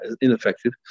ineffective